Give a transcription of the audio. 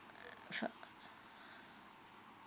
mm sure